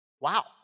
wow